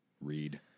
read